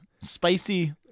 Spicy